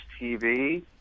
TV